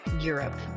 europe